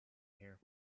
here